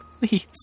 Please